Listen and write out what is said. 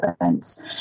events